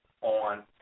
on